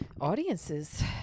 audiences